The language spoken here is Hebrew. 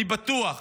אני בטוח